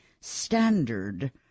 Standard